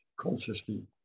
consciously